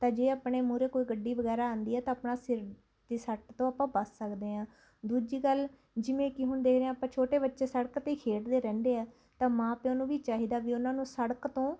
ਤਾਂ ਜੇ ਆਪਣੇ ਮੂਹਰੇ ਕੋਈ ਗੱਡੀ ਵਗੈਰਾ ਆਉਂਦੀ ਹੈ ਤਾਂ ਆਪਣਾ ਸਿਰ ਦੀ ਸੱਟ ਤੋਂ ਆਪਾਂ ਬਚ ਸਕਦੇ ਹਾਂ ਦੂਜੀ ਗੱਲ ਜਿਵੇਂ ਕਿ ਹੁਣ ਦੇਖ ਰਹੇ ਹਾਂ ਆਪਾਂ ਛੋਟੇ ਬੱਚੇ ਸੜਕ 'ਤੇ ਖੇਡਦੇ ਰਹਿੰਦੇ ਆ ਤਾਂ ਮਾਂ ਪਿਓ ਨੂੰ ਵੀ ਚਾਹੀਦਾ ਵੀ ਉਨ੍ਹਾਂ ਨੂੰ ਸੜਕ ਤੋਂ